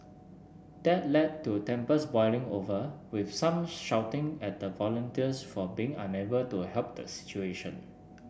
that led to tempers boiling over with some shouting at the volunteers for being unable to help the situation